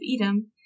Edom